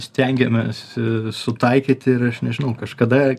stengiamės sutaikyti ir aš nežinau kažkada